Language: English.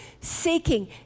seeking